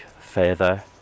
further